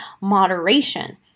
moderation